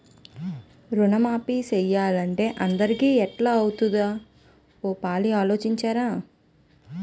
రుణమాఫీ సేసియ్యాలంటే అందరికీ ఎట్టా అవుతాది ఓ పాలి ఆలోసించరా